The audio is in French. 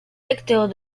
lecture